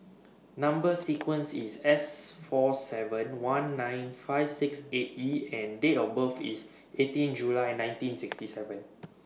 Number sequence IS S four seven one nine five six eight E and Date of birth IS eighteen July nineteen sixty seven